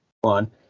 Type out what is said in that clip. one